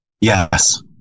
Yes